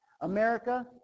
America